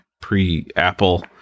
pre-Apple